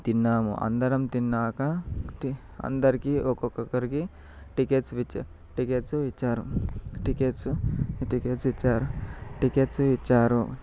తిన్నాము అందరం తిన్నాక అందరికీ ఒక్కొక్కరికి టికెట్స్ టికెట్స్ ఇచ్చారు టికెట్స్ టికెట్స్ ఇచ్చారు టికెట్స్ ఇచ్చారు